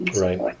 Right